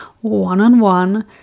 one-on-one